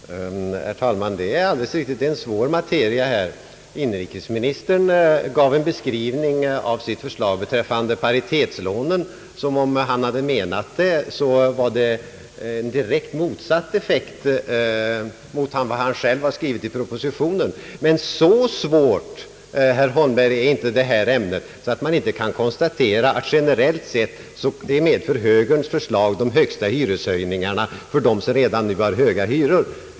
Herr talman! Det är alldeles riktigt en svår materia. Inrikesministern gav en beskrivning av sitt förslag beträffande paritetslånen. Denna beskrivning — om han nu hade menat den så — gav en direkt motsatt effekt mot vad han själv har skrivit i propositionen. Så svårt, herr Holmberg, är dock inte detta ämne att man inte kan konsta tera, att högerns förslag generellt sett medför de högsta hyreshöjningarna för dem som redan nu har höga hyror.